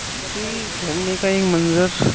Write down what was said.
جی جمنے کا یہ منظر